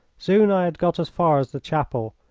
soon i had got as far as the chapel,